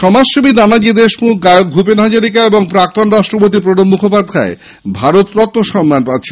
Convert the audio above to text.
সমাজসেবী নানাজি দেশমুখ গায়ক ভূপেন হাজারিকা এবং প্রাক্তণ রাষ্ট্রপতি প্রণব মুখোপাধ্যায় ভারতরত্ন পুরস্কার পাচ্ছেন